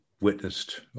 witnessed